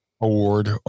award